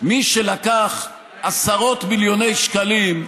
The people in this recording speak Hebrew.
המליאה.) מי שלקח עשרות מיליוני שקלים,